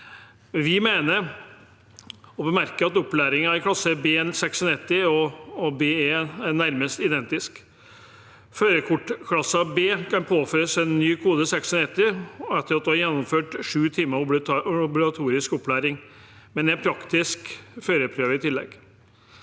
Vi mener – og bemerker – at opplæringen i klasse B96 og klasse BE er nærmest identisk. Førerkort klasse B kan påføres en ny kode, 96, etter at man har gjennomført sju timer obligatorisk opplæring, men det er en praktisk førerprøve i tillegg.